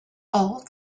all